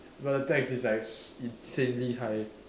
but the tax is like s~ insanely high